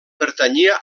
pertanyia